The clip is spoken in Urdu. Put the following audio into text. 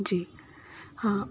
جی ہاں